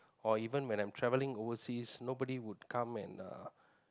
or even when I'm travelling overseas nobody would come and uh